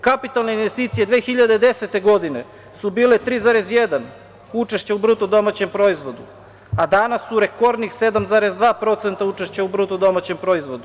Kapitalne investicije 2010. godine su bile 3,1% učešća u BDP, a danas su rekordnih 7,2% učešća u BDP.